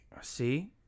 see